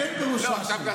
כי אין פירוש רש"י.